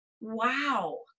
Wow